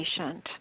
patient